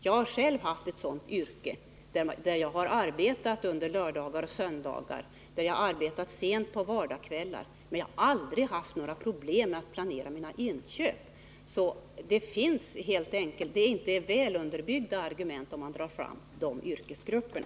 Jag har själv haft ett sådant yrke, då jag arbetade under lördagar och söndagar och sent på vardagskvällar, men jag har aldrig haft några problem med att planera mina inköp. Man har alltså inte väl underbyggda argument när man drar fram de yrkesgrupperna.